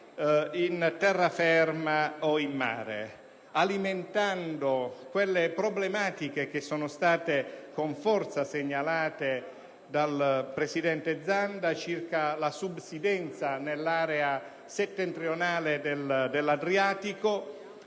in terra ferma o in mare, che alimenterà quelle problematiche che sono state con forza segnalate dal presidente Zanda circa la subsidenza nell'area settentrionale dell'Adriatico